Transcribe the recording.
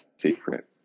secret